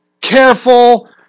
careful